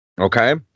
Okay